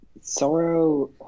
Sorrow